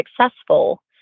successful